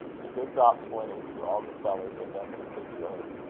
the good drops went into all the cellars and dungeons of the earth,